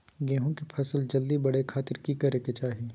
गेहूं के फसल जल्दी बड़े खातिर की करे के चाही?